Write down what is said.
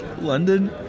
London